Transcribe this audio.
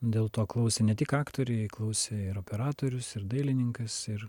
dėl to klausė ne tik aktoriai klausė ir operatorius ir dailininkas ir